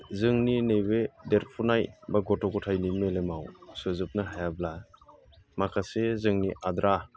जोंनि नैबे देरफुनाय बा गथ' गथायनि मेलेमाव सोजोबनो हायाब्ला माखासे जोंनि आद्रा